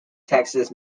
texas